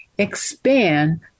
expand